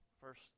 First